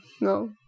no